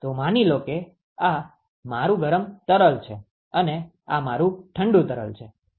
તો માની લો કે આ મારૂ ગરમ તરલ છે અને આ મારૂ ઠંડુ તરલ છે